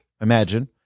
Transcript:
imagine